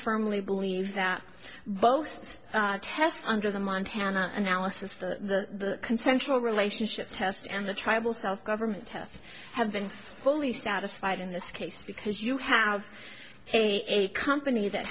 firmly believe that both tests under the montana analysis the consensual relationship test and the tribal self government test have been fully satisfied in this case because you have a company that